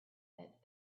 that